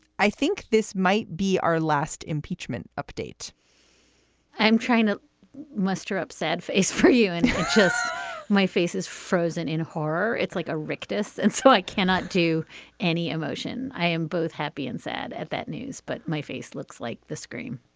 i think this might be our last impeachment update i'm trying to muster up sad face for you, and i just my face is frozen in horror. it's like a rictus. and so i cannot do any emotion. i am both happy and sad at that news, but my face looks like the scream